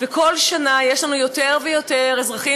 וכל שנה יש לנו יותר ויותר אזרחים